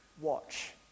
Watch